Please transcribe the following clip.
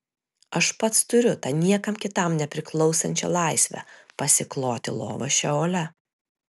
aš pats turiu tą niekam kitam nepriklausančią laisvę pasikloti lovą šeole